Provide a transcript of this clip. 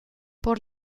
por